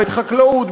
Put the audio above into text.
בחקלאות,